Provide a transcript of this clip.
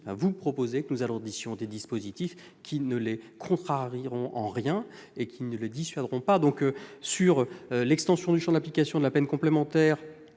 vous proposez d'alourdir des dispositifs qui ne les contrarieront en rien et qui ne le dissuaderont pas ! Par conséquent, l'extension du champ d'application de la peine complémentaire,